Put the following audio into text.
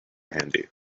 handy